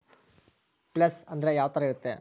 Place ಅಂದ್ರೆ ಯಾವ್ತರ ಇರ್ತಾರೆ?